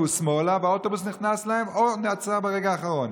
שמאלה והאוטובוס נכנס להם או נעצר ברגע האחרון.